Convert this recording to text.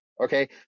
Okay